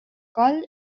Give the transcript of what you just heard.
coll